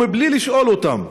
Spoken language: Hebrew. ובלי לשאול אותם.